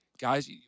guys